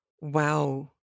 wow